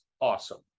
awesome